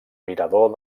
mirador